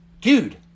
dude